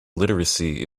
literacy